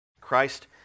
Christ